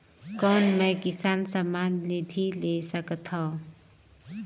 कौन मै किसान सम्मान निधि ले सकथौं?